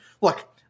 Look